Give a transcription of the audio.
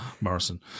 Morrison